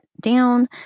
down